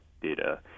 data